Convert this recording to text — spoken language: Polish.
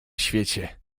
świecie